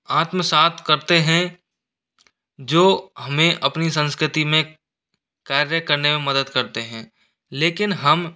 आत्मसात करते हैं जो हमें अपनी संस्कृति में कार्य करने में मदद करते हैं लेकिन हम